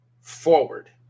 forward